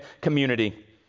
community